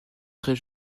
très